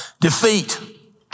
Defeat